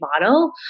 model